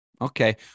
Okay